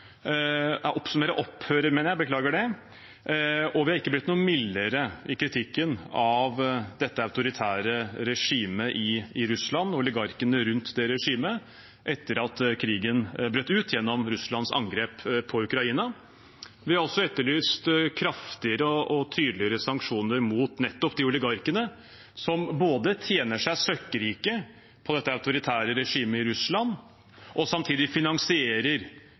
opphøre, og vi er ikke blitt noe mildere i kritikken av dette autoritære regimet i Russland og oligarkene rundt det regimet etter at krigen brøt ut gjennom Russlands angrep på Ukraina. Vi har også etterlyst kraftigere og tydeligere sanksjoner mot nettopp de oligarkene som både tjener seg søkkrike på det autoritære regimet i Russland og samtidig finansierer